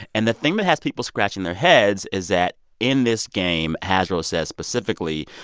and the thing that has people scratching their heads is that, in this game, hasbro says, specifically,